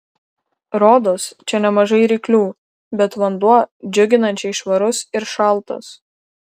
rodos čia nemažai ryklių bet vanduo džiuginančiai švarus ir šaltas